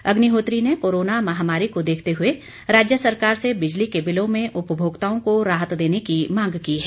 अग्निहोत्री ने कोरोना महामारी को देखते हए राज्य सरकार से बिजली के बिलों में उपभोक्ताओं को राहत देने की मांग की है